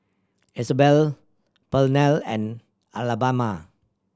Isabel Pernell and Alabama